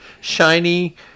shiny